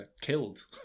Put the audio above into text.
killed